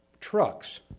trucks